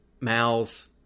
Mal's